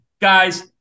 guys